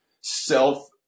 self